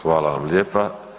Hvala vam lijepa.